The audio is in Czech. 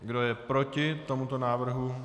Kdo je proti tomuto návrhu?